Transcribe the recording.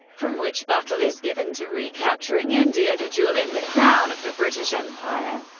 from which battle is given to recapturing india, the jewel in the crown of the british empire.